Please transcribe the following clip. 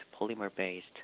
polymer-based